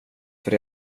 för